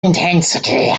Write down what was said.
intensity